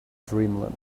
dreamland